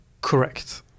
Correct